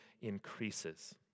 increases